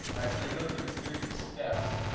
right, so they go through a series of steps,